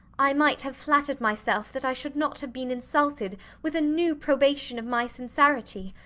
i might have flattered myself that i should not have been insulted with a new probation of my sincerity,